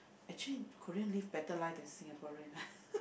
actually Korean live better life than the Singaporean